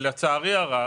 לצערי הרב,